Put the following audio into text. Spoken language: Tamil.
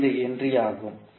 5 ஹென்றி ஆகும்